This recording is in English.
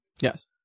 yes